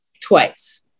twice